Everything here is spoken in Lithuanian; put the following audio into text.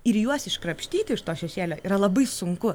ir juos iškrapštyti iš to šešėlio yra labai sunku